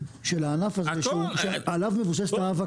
של הענף הזה שעליו מבוססת ההאבקה הזאת?